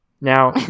Now